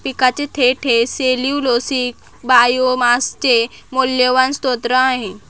पिकाचे देठ हे सेल्यूलोसिक बायोमासचे मौल्यवान स्त्रोत आहे